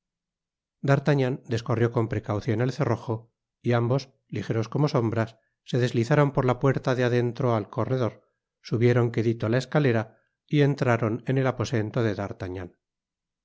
d'artagnan descorrió con precaucion el cerrojo y ambos ligeros como sombras se deslizaron por la puerta de adentro al corredor subieron quedilo la escalera y entraron en el aposento de d'artagnan